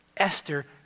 Esther